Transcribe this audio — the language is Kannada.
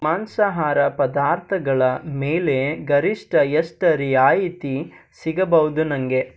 ಮಾಂಸಾಹಾರ ಪದಾರ್ಥಗಳ ಮೇಲೆ ಗರಿಷ್ಠ ಎಷ್ಟು ರಿಯಾಯಿತಿ ಸಿಗಬೌದು ನನಗೆ